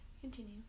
Continue